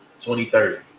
2030